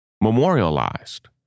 memorialized